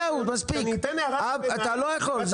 זהו מספיק --- אני אתן הערה ואתה תוציא